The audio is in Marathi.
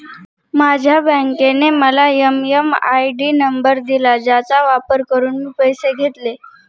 माझ्या बँकेने मला एम.एम.आय.डी नंबर दिला ज्याचा वापर करून मी पैसे घेतले